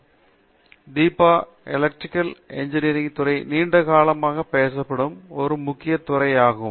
எனவே Deepa electrical engineering துறை நீண்ட காலமாக பேசப்படும் ஒரு முக்கிய துறையாகும்